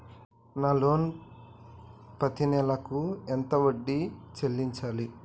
నా లోను పత్తి నెల కు ఎంత వడ్డీ చెల్లించాలి?